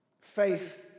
Faith